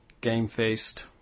Game-faced